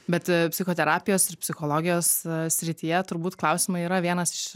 bet psichoterapijos ir psichologijos srityje turbūt klausimai yra vienas